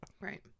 Right